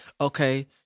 Okay